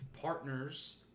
partners